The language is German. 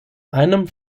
einem